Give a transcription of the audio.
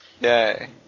Yay